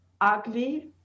ugly